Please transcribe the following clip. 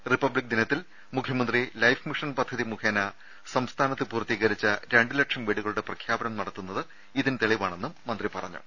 republic ദിന ത്തിൽ മുഖ്യമന്ത്രി ലൈഫ് മിഷൻ പദ്ധതി മുഖേന സംസ്ഥാനത്ത് പൂർത്തീ കരിച്ച രണ്ടു ലക്ഷം വീടുകളുടെ പ്രഖ്യാപനം നടത്തുന്നത് ഇതിന് തെളിവാ ണെന്നും മന്ത്രി പറഞ്ഞു